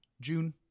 June